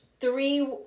three